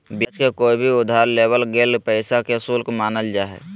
ब्याज के कोय भी उधार लेवल गेल पैसा के शुल्क मानल जा हय